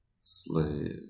slave